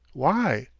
why?